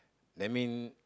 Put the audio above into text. that mean